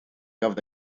gafodd